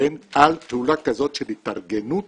על פעולה כזאת של התארגנות